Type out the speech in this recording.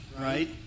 right